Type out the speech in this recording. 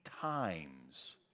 times